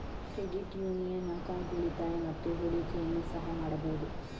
credit union account ಉಳಿತಾಯ ಮತ್ತು ಹೂಡಿಕೆಯನ್ನು ಸಹ ಮಾಡಬಹುದು